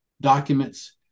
documents